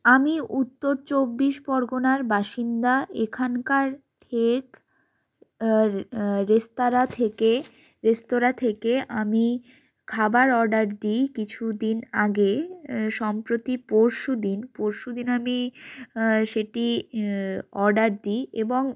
আমি উত্তর চব্বিশ পরগনার বাসিন্দা এখানকার ঠেক রেস্তরাঁ থেকে রেস্তরাঁ থেকে আমি খাবার অর্ডার দিই কিছু দিন আগে সম্প্রতি পরশু দিন পরশু দিন আমি সেটি অর্ডার দিই এবং